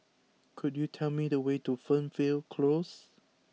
could you tell me the way to Fernvale Close